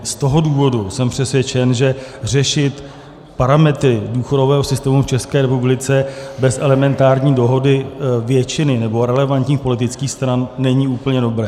Z toho důvodu jsem přesvědčen, že řešit parametry důchodového systému v České republice bez elementární dohody většiny nebo relevantních politických stran není úplně dobré.